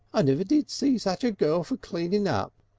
i never did see such a girl for cleanin' up.